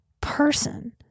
person